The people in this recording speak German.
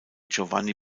giovanni